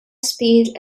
speed